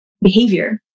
behavior